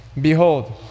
Behold